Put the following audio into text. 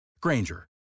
Granger